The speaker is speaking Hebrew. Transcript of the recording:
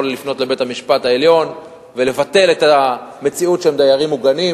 יכול לפנות לבית-המשפט העליון ולבטל את המציאות שהם דיירים מוגנים.